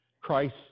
Christ